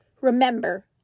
Remember